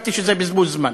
חשבתי שזה בזבוז זמן